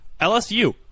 LSU